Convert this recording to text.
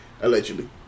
allegedly